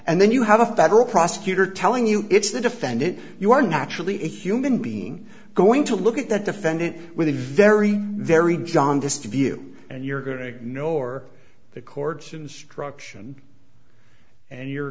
and then you have a federal prosecutor telling you it's the defendant you are naturally a human being going to look at that defendant with a very very jaundiced view and you're going to ignore the court's instruction and you're